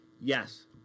Yes